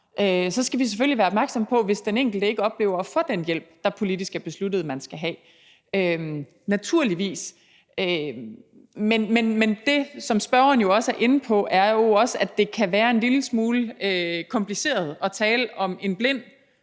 skal vi selvfølgelig være opmærksomme på, hvis den enkelte ikke oplever at få den hjælp, der politisk er besluttet man skal have – naturligvis. Men det, som spørgeren jo også er inde på, er jo, at det kan være en lille smule kompliceret at tale om en blind